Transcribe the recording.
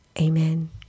Amen